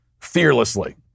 fearlessly